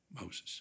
Moses